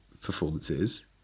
performances